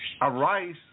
arise